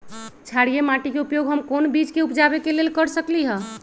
क्षारिये माटी के उपयोग हम कोन बीज के उपजाबे के लेल कर सकली ह?